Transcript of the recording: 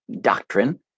doctrine